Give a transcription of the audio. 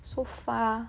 so far